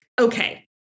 okay